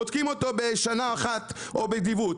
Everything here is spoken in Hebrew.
בודקים אותו בשנה אחת או בדיווח.